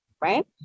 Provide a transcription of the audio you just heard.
right